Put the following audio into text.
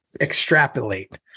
extrapolate